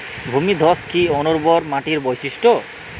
ভূমিধস কি অনুর্বর মাটির বৈশিষ্ট্য?